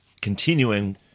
continuing